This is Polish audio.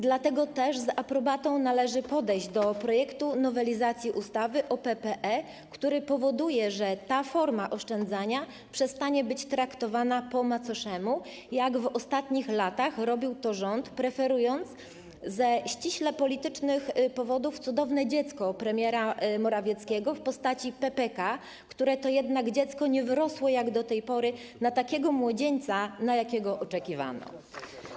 Dlatego też z aprobatą należy podejść do projektu nowelizacji ustawy o PPE, który powoduje, że ta forma oszczędzania przestanie być traktowana po macoszemu, jak w ostatnich latach robił to rząd, preferując ze ściśle politycznych powodów cudowne dziecko premiera Morawieckiego w postaci PPK, które to dziecko jednak nie wyrosło jak do tej pory na takiego młodzieńca, jakiego oczekiwano.